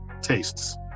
tastes